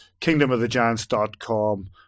KingdomoftheGiants.com